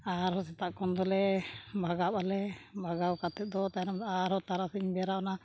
ᱟᱨᱦᱚᱸ ᱥᱮᱛᱟᱜ ᱠᱷᱚᱱ ᱫᱚᱞᱮ ᱵᱷᱟᱜᱟᱣ ᱟᱞᱮ ᱵᱷᱟᱜᱟᱣ ᱠᱟᱛᱮᱫ ᱫᱚ ᱛᱟᱭᱱᱚᱢ ᱟᱨᱦᱚᱸ ᱛᱟᱨᱟᱥᱤᱧ ᱵᱮᱲᱟ ᱚᱱᱟ